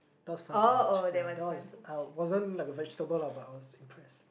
that was fun to watch ya that was I wasn't like a vegetable lah but I was impressed